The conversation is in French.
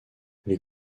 les